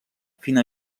fina